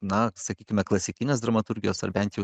na sakykime klasikinės dramaturgijos ar bent jau